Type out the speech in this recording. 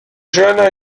jeune